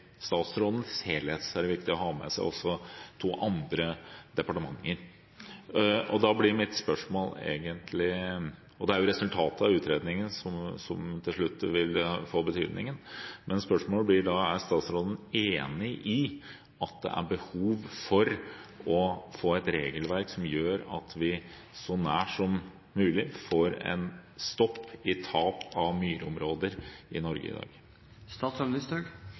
statsrådens helhet er det viktig å ha med seg også to andre departementer, og det er jo resultatet av utredningen som til slutt vil få betydning. Da blir spørsmålet: Er statsråden enig i at det er behov for å få et regelverk som gjør at vi så nært som mulig får en stopp i tap av myrområder i Norge i